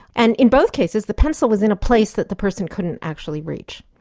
and in both cases, the pencil was in a place that the person couldn't actually reach.